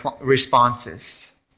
responses